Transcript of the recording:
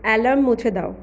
alarm মুছে দাও